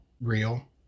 real